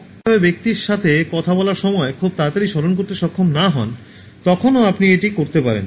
সুতরাং আপনি এটি পেয়েছেন সুতরাং আপনি যখন মানসিকভাবে ব্যক্তির সাথে কথা বলার সময় খুব তাড়াতাড়ি স্মরণ করতে সক্ষম না হন তখনও আপনি এটি করতে পারেন